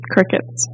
Crickets